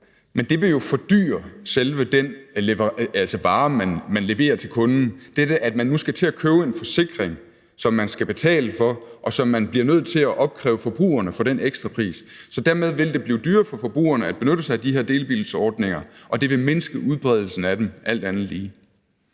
men det vil jo fordyre selve den vare, man leverer til kunden; altså dette, at man nu skal til at købe en forsikring, som man skal betale for, og som man bliver nødt til at opkræve forbrugerne de ekstra penge for. Så dermed vil det blive dyrere for forbrugerne at benytte sig af de her delebilsordninger, og det vil mindske udbredelsen af dem – alt andet lige.